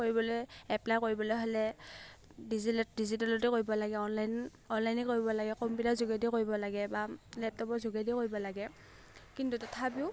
কৰিবলৈ এপ্লাই কৰিবলৈ হ'লে ডিজিটেল ডিজিটেলতে কৰিব লাগে অনলাইন অনলাইনে কৰিব লাগে কম্পিউটাৰ যোগেদিয়ে কৰিব লাগে বা লেপটপৰ যোগেদিও কৰিব লাগে কিন্তু তথাপিও